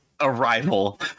arrival